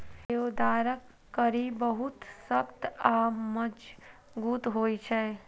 देवदारक कड़ी बहुत सख्त आ मजगूत होइ छै